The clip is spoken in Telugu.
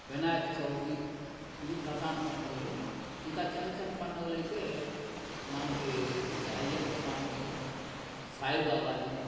వినాయక చవితి ఈ ప్రధాన పండుగలు ఇంకా చిన్న చిన్న పండుగలయితే మనకి అయ్యప్ప స్వామిది సాయిబాబాది